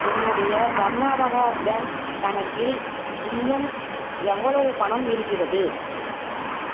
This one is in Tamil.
என்னுடைய கர்நாடகா பேங்க் கணக்கில் இன்னும் எவ்வளவு பணம் இருக்கிறது